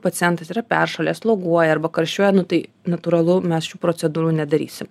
pacientas yra peršalęs sloguoja arba karščiuoja nu tai natūralu mes šių procedūrų nedarysi